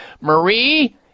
Marie